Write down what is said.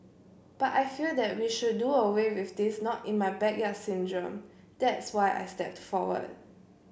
but I feel that we should do away with this not in my backyard syndrome that's why I stepped forward